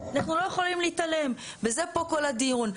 אנחנו לא יכולים להתעלם וזה פה כל הדיון.